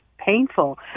painful